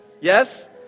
Yes